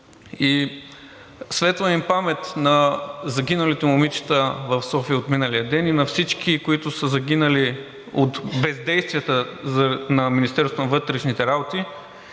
И светла им памет на загиналите момичета в София от миналия ден, и на всички, които са загинали от бездействията на